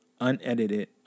unedited